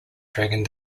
dragon